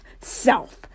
self